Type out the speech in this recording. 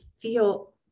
feel